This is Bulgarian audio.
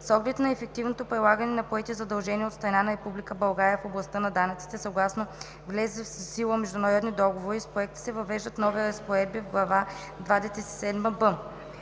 С оглед на ефективното прилагане на поети задължения от страна на Република България в областта на данъците, съгласно влезли в сила международни договори с проекта се въвеждат нови разпоредби в Глава двадесет и седма „б“.